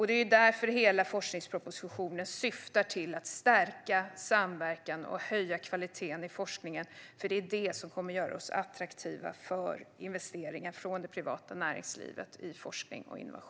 Det är därför hela forskningspropositionen syftar till att stärka samverkan och höja kvaliteten i forskningen. Det är detta som kommer att göra oss attraktiva för investeringar i forskning och innovation från det privata näringslivet.